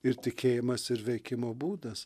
ir tikėjimas ir veikimo būdas